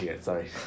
sorry